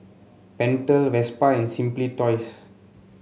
Pentel Vespa and Simply Toys